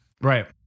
Right